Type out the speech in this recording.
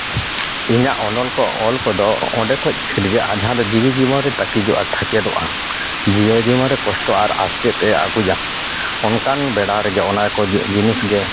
ᱤᱧᱟᱹᱜ ᱚᱱᱚᱞ ᱠᱚ ᱚᱞ ᱠᱚᱫᱚ ᱚᱸᱰᱮ ᱠᱷᱚᱱ ᱥᱤᱨᱡᱟᱹᱜᱼᱟ ᱡᱟᱦᱟᱸ ᱫᱚ ᱡᱤᱣᱤ ᱡᱤᱵᱚᱱ ᱨᱮ ᱛᱟᱹᱠᱤᱡᱚᱜᱼᱟ ᱴᱷᱟᱠᱮᱫᱚᱜᱼᱟ ᱡᱤᱭᱚᱱ ᱡᱤᱵᱚᱱ ᱨᱮ ᱠᱚᱥᱴᱚ ᱟᱨ ᱟᱥᱠᱮᱛᱮ ᱟᱹᱜᱩᱭᱟ ᱚᱱᱠᱟᱱ ᱵᱮᱲᱟ ᱨᱮᱜᱮ ᱚᱱᱟ ᱠᱚ ᱡᱤᱱᱤᱥ ᱜᱮ